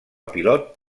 pilot